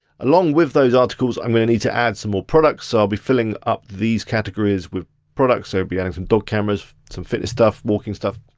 along with those articles, i'm gonna need to add some more products. so i'll be filling up these categories with products. so i'll be adding some dog cameras, some fitness stuff, walking stuff,